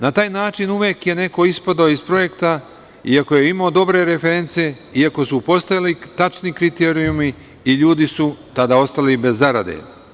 Na taj način uvek je neko ispadao iz projekta i ako je imao dobre reference i ako su postojali tačni kriterijumi i ljudi su tada ostajali bez zarade.